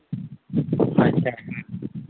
ᱟᱪᱪᱷᱟ